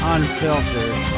Unfiltered